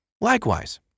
Likewise